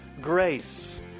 grace